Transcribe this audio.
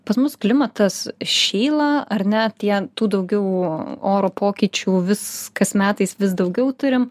pas mus klimatas šyla ar ne tie tų daugiau orų pokyčių vis kas metais vis daugiau turim